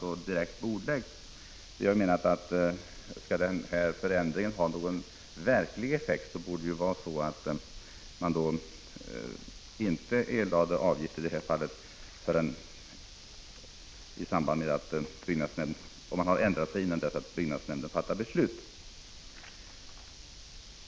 Vi menar att om förändringen skall ha någon verklig effekt borde man inte behöva erlägga avgift om man har gjort rättelse innan byggnadsnämnden fattar beslut.